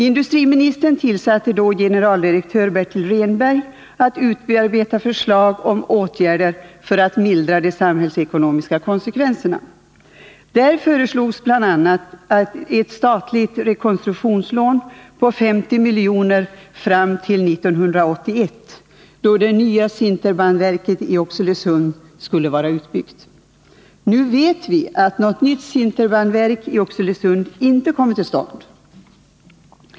Industriministern uppdrog då åt generaldirektören Bertil Rehnberg att utarbeta förslag om åtgärder för att mildra de samhällsekonomiska konsekvenserna. Han föreslog bl.a. ett statligt rekonstruktionslån på 50 milj.kr. fram till 1981, då det nya sinterbandverket i Oxelösund skulle vara utbyggt. Nu vet vi att något nytt sinterbandverk i Oxelösund inte kommer till stånd.